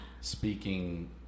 speaking